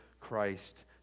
Christ